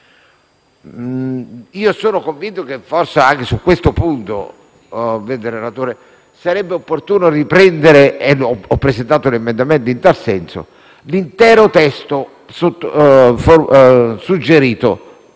Sono convinto che, anche su questo punto, signor relatore, sarebbe opportuno riprendere - e ho presentato un emendamento in tal senso - l'intero testo suggerito